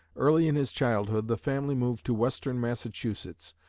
early in his childhood, the family moved to western massachusetts,